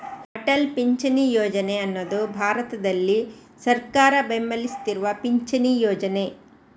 ಅಟಲ್ ಪಿಂಚಣಿ ಯೋಜನೆ ಅನ್ನುದು ಭಾರತದಲ್ಲಿ ಸರ್ಕಾರ ಬೆಂಬಲಿಸ್ತಿರುವ ಪಿಂಚಣಿ ಯೋಜನೆ